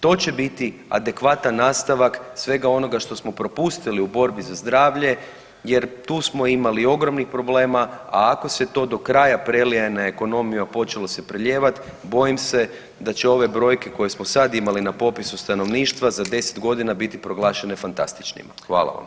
To će biti adekvatan nastavak svega onoga što smo propustili u borbi za zdravlje jer tu smo imali ogromnih problema, a ako se to do kraja prelije na ekonomiju, a počelo se prelijevati, bojim se da će ove brojke koje smo sad imali na popisu stanovništva za 10 godina biti proglašene fantastičnima.